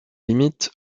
limite